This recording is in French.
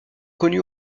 connu